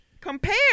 compare